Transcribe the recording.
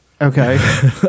Okay